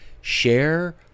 share